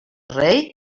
rei